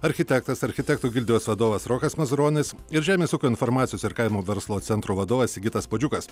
architektas architektų gildijos vadovas rokas mazuronis ir žemės ūkio informacijos ir kaimo verslo centro vadovas sigitas puodžiukas